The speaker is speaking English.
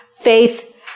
faith